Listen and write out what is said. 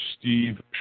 Steve